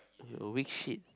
weak shit